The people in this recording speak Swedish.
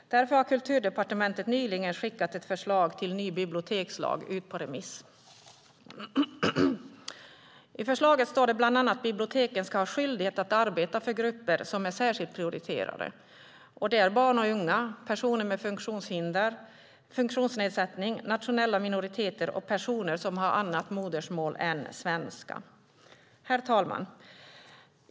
Därför har Kulturdepartementet nyligen skickat ett förslag till ny bibliotekslag på remiss. I förslaget står det bland annat att biblioteken ska ha skyldighet att arbeta för grupper som är särskilt prioriterade. Det är barn och unga, personer med funktionsnedsättning, nationella minoriteter och personer som har annat modersmål än svenska. Herr talman!